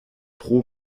pro